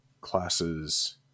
classes